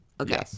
Okay